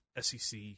SEC